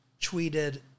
tweeted